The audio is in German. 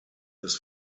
des